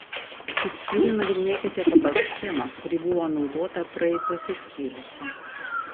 šį skyrių nagrinėkite pagal schemą kuri buvo naudota praeituose skyriuose